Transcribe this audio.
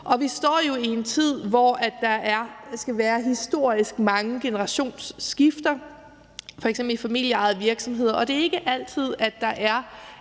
Vi står jo i en tid, hvor der skal være historisk mange generationsskifter, f.eks. i familieejede virksomheder, og det er ikke altid, at der er